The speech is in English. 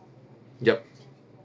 yup